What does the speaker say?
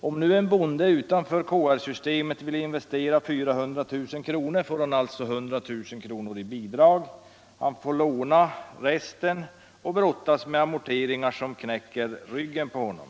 Om nu en bonde utanför SR-systemet vill investera 400 000 kr., får han alltså 100 000 kr. i bidrag. Resten måste han låna, och han kan få brottas med amorteringar som knäcker ryggen på honom.